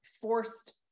forced